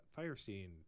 Firestein